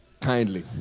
kindly